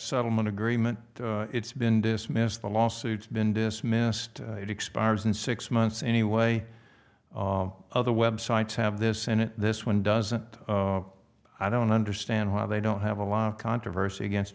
settlement agreement it's been dismissed the lawsuits been dismissed it expires in six months anyway other web sites have this and this one doesn't i don't understand why they don't have a lot of controversy against